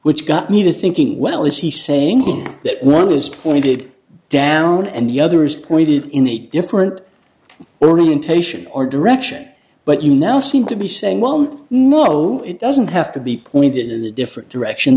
which got me to thinking well is he saying that one is pointed down and the other is pointed in a different only in taishan or direction but you now seem to be saying well not oh it doesn't have to be pointed in a different direction